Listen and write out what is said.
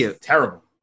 terrible